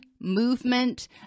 movement